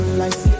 life